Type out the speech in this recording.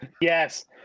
yes